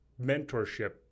mentorship